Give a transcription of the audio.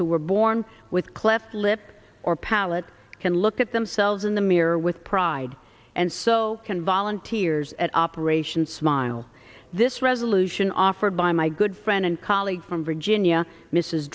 who were born with cleft lip or palate can look at themselves in the mirror with pride and so can volunteers at operation smile this resolution offered by my good friend and colleague from virginia mrs